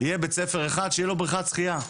יהיה בית ספר אחד שתהיה לו בריכת שחייה.